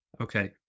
Okay